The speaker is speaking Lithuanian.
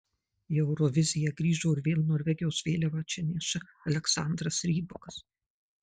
į euroviziją grįžo ir vėl norvegijos vėliavą čia neša aleksandras rybakas